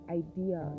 idea